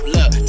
Look